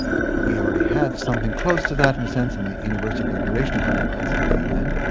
we already have something close to that, in a sense in the universal declaration of human rights of the un,